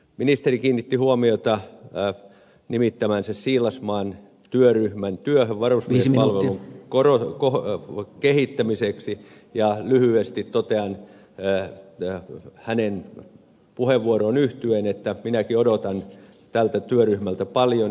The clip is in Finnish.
ministeri kiinnitti huomiota nimittämänsä siilasmaan työryhmän työ on varfviisi malmö korot työhön varusmiespalvelun kehittämiseksi ja lyhyesti totean hänen puheenvuoroonsa yhtyen että minäkin odotan tältä työryhmältä paljon